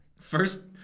First